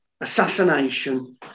assassination